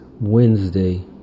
Wednesday